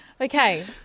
Okay